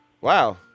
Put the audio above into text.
wow